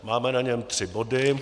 Máme na něm tři body.